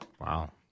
Wow